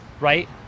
right